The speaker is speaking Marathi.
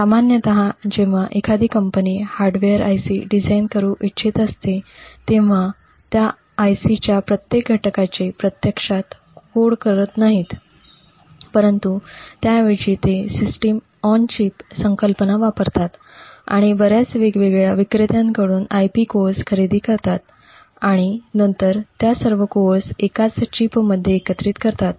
सामान्यत जेव्हा एखादी कंपनी हार्डवेअर IC डिझाइन करू इच्छित असते तेव्हा त्या IC च्या प्रत्येक घटकाचे प्रत्यक्षात कोड करत नाहीत परंतु त्याऐवजी ते सिस्टिम ऑन चिप संकल्पना वापरतात आणि बर्याच वेगवेगळ्या विक्रेत्यांकडून IP कोअर्स खरेदी करतात आणि नंतर या सर्व कोअर्स एकाच चिपमध्ये एकत्रित करतात